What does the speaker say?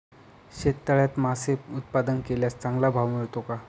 शेततळ्यात मासे उत्पादन केल्यास चांगला भाव मिळतो का?